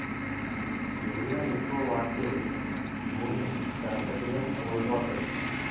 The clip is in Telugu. యూరియా ఎక్కువ వాడితే భూమి తన గట్టిదనం కోల్పోతాది